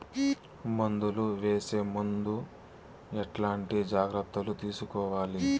మందులు వేసే ముందు ఎట్లాంటి జాగ్రత్తలు తీసుకోవాలి?